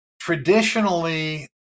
traditionally